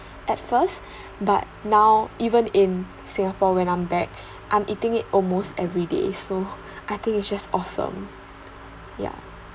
at first but now even in singapore when I'm back I'm eating it almost everyday so I think it's just awesome ya